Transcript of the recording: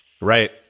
Right